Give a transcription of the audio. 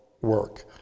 work